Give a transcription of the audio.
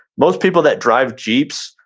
most people that drive jeeps,